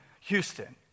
Houston